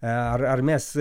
ar ar mes